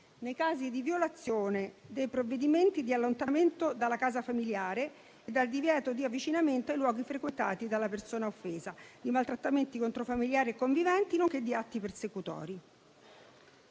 nei casi di violazione dei provvedimenti di allontanamento dalla casa familiare e del divieto di avvicinamento ai luoghi frequentati dalla persona offesa, di maltrattamenti contro familiari e conviventi, nonché di atti persecutori.